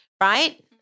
right